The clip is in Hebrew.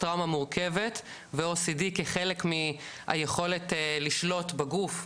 טראומה מורכבת ו-OCD כחלק מהיכולת לשלוט בגוף,